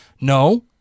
no